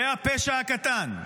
זה הפשע הקטן.